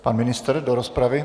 Pan ministr do rozpravy.